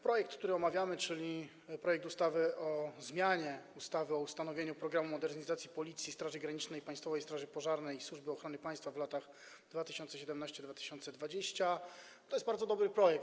Projekt, który omawiamy, czyli projekt ustawy o zmianie ustawy o ustanowieniu „Programu modernizacji Policji, Straży Granicznej, Państwowej Straży Pożarnej i Służby Ochrony Państwa w latach 2017-2020”, to jest bardzo dobry projekt.